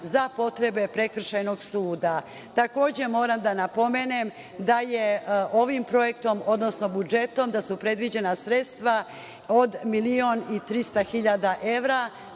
za potrebe Prekršajnog suda. Moram da napomenem da je ovim projektom, odnosno budžetom, da su predviđena sredstva od milion i